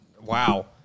wow